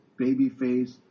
babyface